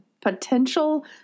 potential